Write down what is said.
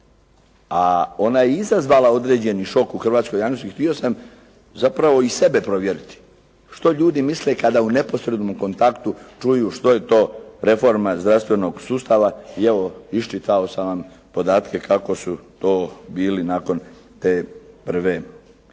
a ona je izazvala određeni šok u hrvatskoj javnosti, htio sam zapravo i sebe provjeriti što ljudi misle kada u neposrednom kontaktu čuju što je to reforma zdravstvenog sustava i evo iščitao sam vam podatke kako su to bili nakon te prve ankete.